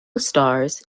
stars